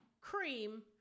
cream